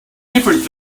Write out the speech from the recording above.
difference